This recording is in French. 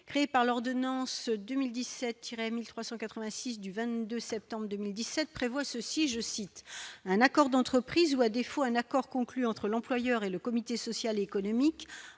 créée par l'ordonnance 2017 Tiret 1386 du 22 septembre 2017 prévoit ceci, je cite, un accord d'entreprise ou, à défaut, un accord conclu entre l'employeur et le comité social, économique,